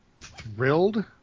thrilled